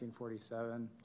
1947